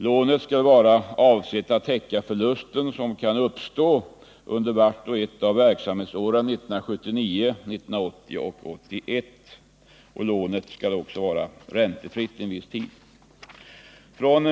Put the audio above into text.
Lånet avses täcka den förlust som kan uppstå under vart och ett av verksamhetsåren 1979, 1980 och 1981. Lånet skall också under en viss tid vara räntefritt.